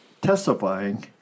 testifying